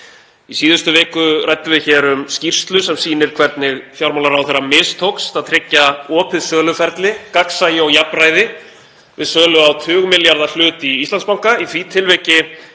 Í síðustu viku ræddum við um skýrslu sem sýnir hvernig fjármálaráðherra mistókst að tryggja opið söluferli, gagnsæi og jafnræði við sölu á tugmilljarða hlut í Íslandsbanka. Í því tilviki